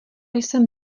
jsem